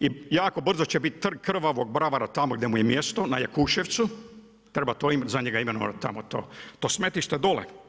i jako brzo će biti trg krvavog bravara tamo gdje mu je mjesto, na Jakuševcu, treba to za njega imenovati tamo to smetlištu, dolje.